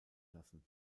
lassen